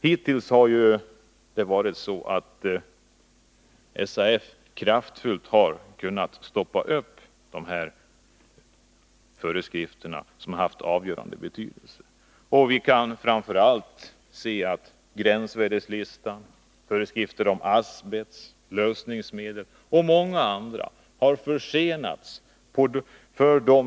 Hittills har SAF kraftfullt kunnat stoppa föreskrifter som haft avgörande betydelse. Vi kan framför allt se att gränsvärdelistan, föreskrifter om asbest, lösningsmedel och många andra ämnen har försenats.